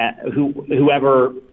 whoever